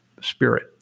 spirit